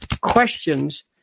questions